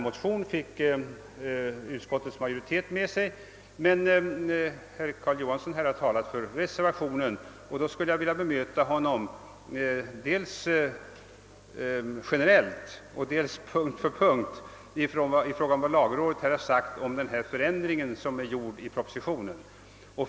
Motionen fick utskottsmajoritetens stöd, men herr Johansson i Torp har här talat för reservationen och därför skulle jag vilja bemöta honom dels generellt, dels punkt för punkt med hänsyn till vad lagrådet yttrat om förändringen i propositionen.